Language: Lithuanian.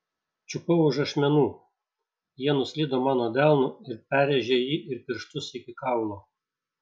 čiupau už ašmenų jie nuslydo mano delnu ir perrėžė jį ir pirštus iki kaulo